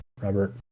Robert